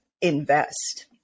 invest